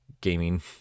gaming